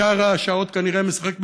בשאר השעות כנראה משחק בברווזים,